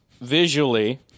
visually